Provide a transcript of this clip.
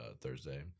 Thursday